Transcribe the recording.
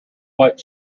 what